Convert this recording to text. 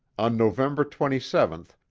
on november twenty seventh,